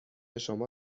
شما